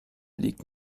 liegt